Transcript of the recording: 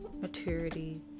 maturity